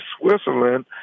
Switzerland